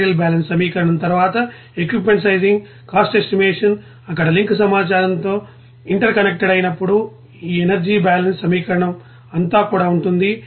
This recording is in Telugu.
మెటీరియల్ బ్యాలెన్స్ సమీకరణం తరువాత equipment sizing cost estimation అక్కడ లింక్ సమాచారంతో ఇంటర్ కనెక్టెడ్ అయినప్పుడు ఈ ఎనర్జీ బ్యాలెన్స్ సమీకరణం అంతా కూడా ఉంటుంది